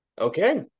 okay